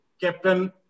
Captain